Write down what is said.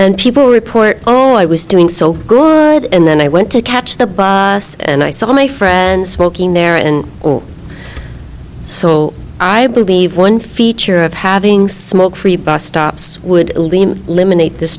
and people report oh i was doing so good and then i went to catch the bus and i saw my friends working there and so i believe one feature of having smoke free bus stops would eliminate this